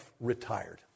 retired